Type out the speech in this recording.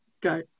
go